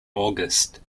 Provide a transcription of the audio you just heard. august